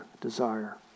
desire